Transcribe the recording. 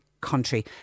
country